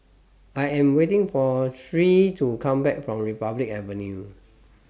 I Am waiting For Nyree to Come Back from Republic Avenue